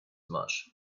much